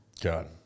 God